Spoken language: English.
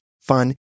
fun